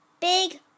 big